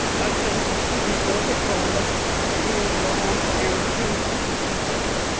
i think he broke a promise and he is wrong here too. mr. speaker,